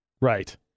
Right